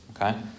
okay